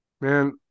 Man